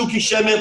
פרופ' שוקי שמר,